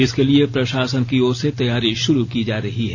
इसके लिए प्रशासन की ओर से तैयारी शुरू की जा रही है